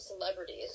celebrities